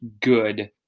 good